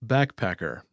Backpacker